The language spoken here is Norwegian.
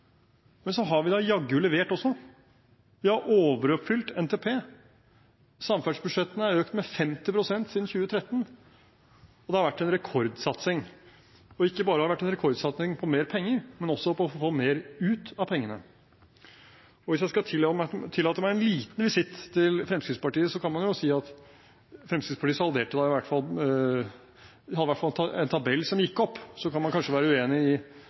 Men så har vi jaggu levert også. Vi har overoppfylt NTP, samferdselsbudsjettene er økt med 50 pst. siden 2013, og det har vært en rekordsatsing – ikke bare har det vært en rekordsatsing i form av mer penger, men også på å få mer ut av pengene. Hvis jeg skal tillate meg en liten visitt til Fremskrittspartiet, kan man jo si at Fremskrittspartiet i hvert fall hadde en tabell som gikk opp – og så kan man kanskje være uenig i